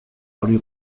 hori